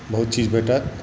बहुत चीज भेटत